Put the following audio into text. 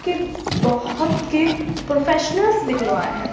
کہ بہوت کہ پروفیشنلس نکلوائے ہیں